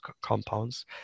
compounds